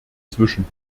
zwischen